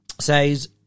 says